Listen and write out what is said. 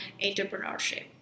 entrepreneurship